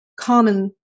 common